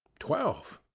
twelve!